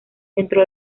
dentro